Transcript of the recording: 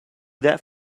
that